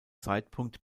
zeitpunkt